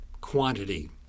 quantity